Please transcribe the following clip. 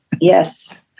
Yes